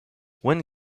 when